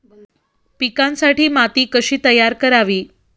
पिकांसाठी माती कशी तयार करावी?